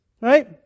Right